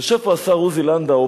יושב כאן השר עוזי לנדאו.